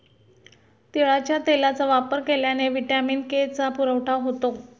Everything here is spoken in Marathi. तिळाच्या तेलाचा वापर केल्याने व्हिटॅमिन के चा पुरवठा होतो